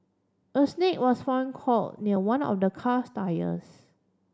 a snake was found coil near one of the car's tyres